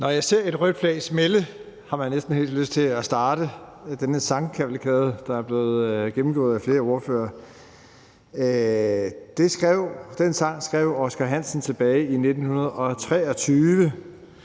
»Når jeg ser et rødt flag smælde«, har man næsten helt lyst til at starte med i den her sangkavalkade, der er blevet gennemgået af flere ordførere. Den sang skrev Oskar Hansen tilbage i 1923,